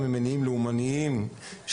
אלא לאומניים,